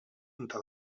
trenta